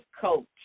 coach